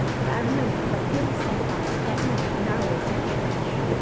but i remember what willie said about it that morning on our way to the church.